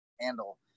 handle